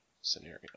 scenario